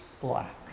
black